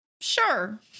Sure